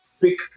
pick